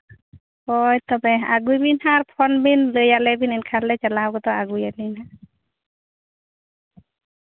ᱦᱳᱭ ᱛᱚᱵᱮ ᱟᱹᱜᱩᱭ ᱵᱤᱱ ᱦᱟᱸᱜ ᱟᱨ ᱛᱚᱠᱷᱚᱱ ᱵᱤᱱ ᱞᱟᱹᱭᱟᱞᱮ ᱵᱤᱱ ᱮᱱᱠᱷᱟᱱ ᱞᱮ ᱪᱟᱞᱟᱣ ᱜᱚᱫᱚᱜᱼᱟ ᱟᱹᱜᱩᱭᱟᱞᱤᱧ ᱱᱟᱜ